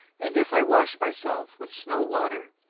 and if i wash myself with snow water,